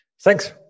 Thanks